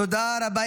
תודה רבה.